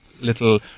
little